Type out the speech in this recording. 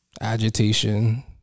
agitation